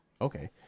Okay